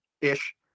ish